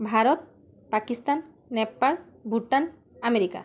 Bharat Pakistan Nepal Bhutan America